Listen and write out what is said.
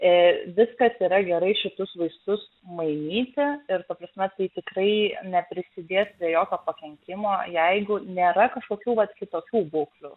viskas yra gerai šituos visus mainyti ir ta prasme tai tikrai neprisidės prie jokio pakenkimo jeigu nėra kažkokių vat kitokių būklių